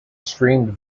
streamed